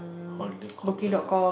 holler cotter lah